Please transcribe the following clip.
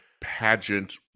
pageant